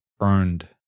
earned